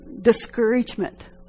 discouragement